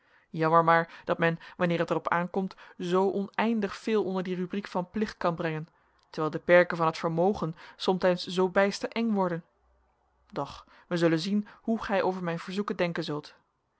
jammer maar dat men wanneer het er op aankomt zoo oneindig veel onder die rubriek van plicht kan brengen terwijl de perken van het vermogen somtijds zoo bijster eng worden doch wij zullen zien hoe gij over mijn verzoeken denken zult